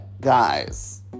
guys